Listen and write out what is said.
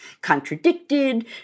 contradicted